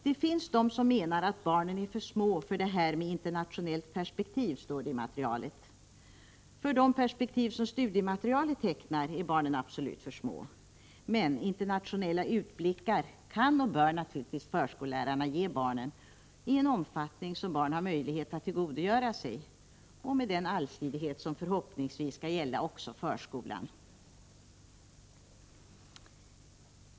”Det finns dom som menar att barnen är för små för det här med internationella perspektiv”, står det i materialet. För de perspektiv som studiematerialet tecknar är barnen absolut för små. Men internationella utblickar kan och bör naturligtvis förskollärarna ge barnen i en omfattning som barn har möjlighet att tillgodogöra sig och med den allsidighet som förhoppningsvis skall gälla också i förskolan.